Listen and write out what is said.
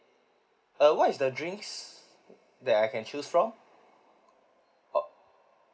uh what is the drinks that I can choose from oh